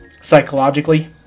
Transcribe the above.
psychologically